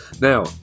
Now